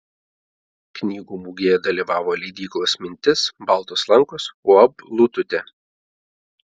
knygų mugėje dalyvavo leidyklos mintis baltos lankos uab lututė